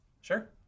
sure